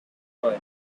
boy